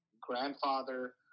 grandfather